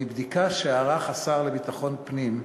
מבדיקה שערך השר לביטחון פנים,